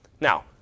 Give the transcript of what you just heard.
Now